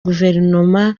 guverinoma